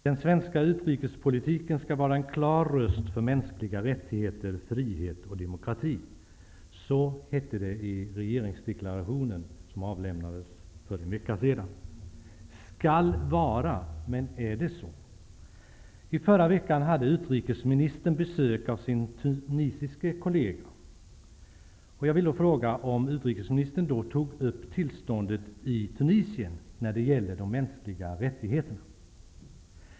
Herr talman! Den svenska utrikespolitiken skall vara en klar röst för mänskliga rättigheter, frihet och demokrati. Så hette det i regeringsdeklarationen som avlämnades för en vecka sedan. Skall vara, sägs det. Men är det så? I förra veckan hade utrikesministern besök av sin tunisiske kollega. Jag vill fråga utrikesministern om hon då tog upp tillståndet i Tunisien när det gäller de mänskliga rättigheterna till diskussion.